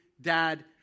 dad